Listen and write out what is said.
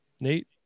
Nate